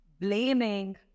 blaming